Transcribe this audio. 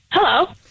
Hello